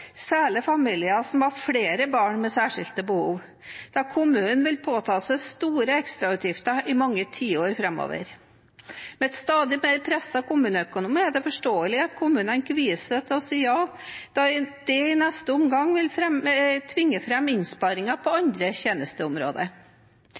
særlig familier som har flere barn med særskilte behov, da kommunen vil påta seg store ekstrautgifter i mange tiår framover. Med en stadig mer presset kommuneøkonomi er det forståelig at kommunene kvier seg for å si ja, da det i neste omgang vil tvinge fram innsparinger på